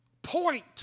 Point